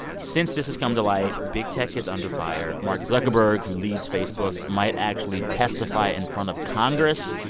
since this has come to light, big tech is under fire. mark zuckerberg, who leads facebook, might actually testify in front of congress.